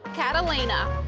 catalina.